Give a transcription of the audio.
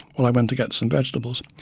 while i went to get some vegetables.